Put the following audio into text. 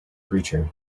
creature